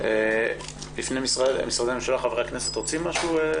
משרד הרווחה, בבקשה.